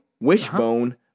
wishbone